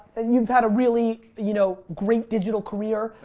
and you've had a really, you know, great digital career.